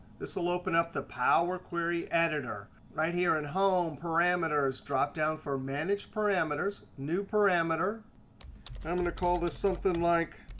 this will open up the power query editor. right here in home parameters, dropdown for manage parameters, new parameter. and i'm going to call this something like,